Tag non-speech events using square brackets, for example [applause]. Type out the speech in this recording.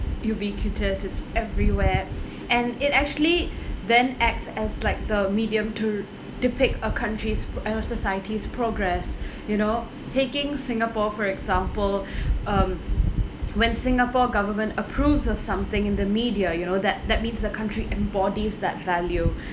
ubiquitous it's everywhere [breath] and it actually [breath] then acts as like the medium to depict a country's uh society's progress [breath] you know taking singapore for example [breath] um [noise] when singapore government approves of something in the media you know that that means the country embodies that value [breath]